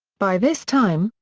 by this time,